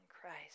Christ